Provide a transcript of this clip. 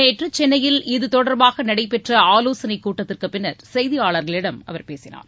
நேற்று சென்னையில் இது தொடர்பாக நடைபெற்ற ஆவோசனை கூட்டத்திற்குப்பின்னர் செய்தியாளர்களிடம் அவர் பேசினார்